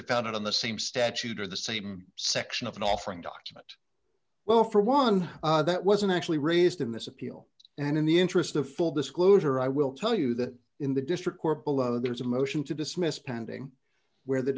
they found it on the same statute or the same section of an offering document well for one that wasn't actually raised in this appeal and in the interest of full disclosure i will tell you that in the district court below there's a motion to dismiss pending where the